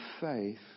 faith